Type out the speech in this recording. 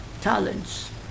talents